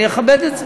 ואני אכבד את זה,